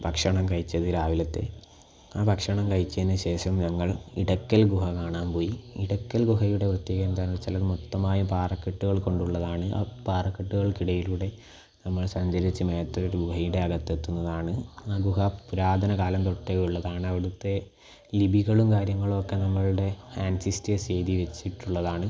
ഭക്ഷണം കഴിച്ചത് രാവിലത്തെ ആ ഭക്ഷണം കഴിച്ചതിനു ശേഷം ഞങ്ങൾ ഇടയ്ക്കൽ ഗുഹ കാണാൻ പോയി ഇടയ്ക്കൽ ഗുഹയുടെ പ്രത്യേകത എന്താണെന്നു വച്ചാൽ അത് മൊത്തമായും പാറകെട്ടുകൾ കൊണ്ടുള്ളതാണ് ആ പാറകെട്ടുകൾക്കിടയിലൂടെ നമ്മൾ സഞ്ചരിച്ച് മുകളിലത്തെ ഒരു ഗുഹയുടെ അകത്തെത്തുന്നതാണ് ആ ഗുഹ പുരാതന കാലം തൊട്ടേ ഉള്ളതാണ് അവിടുത്തെ ലിപികളും കാര്യങ്ങളും ഒക്കെ നമ്മളുടെ ഏൻസിസ്റ്റേർസ് എഴുതി വച്ചിട്ടുള്ളതാണ്